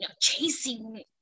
chasing